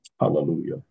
Hallelujah